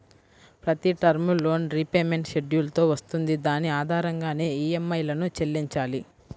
ప్రతి term loan repayment schedule తో వస్తుంది దాని ఆధారంగానే ఈఎంఐలను చెల్లించాలి